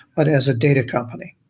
but as a data company.